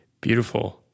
Beautiful